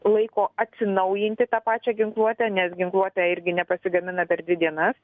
laiko atsinaujinti tą pačią ginkluotę nes ginkluotė irgi nepasigamina per dvi dienas